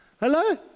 hello